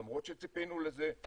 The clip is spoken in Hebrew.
למרות שציפינו לזה,